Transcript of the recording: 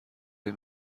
این